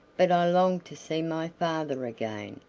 but i long to see my father again.